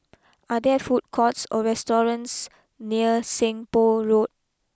are there food courts or restaurants near Seng Poh Road